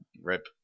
Rip